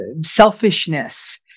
selfishness